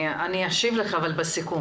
אני אשיב לך אבל בסיכום.